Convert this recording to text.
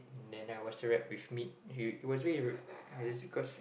and I was wrapped with meat it it was rude but that's cause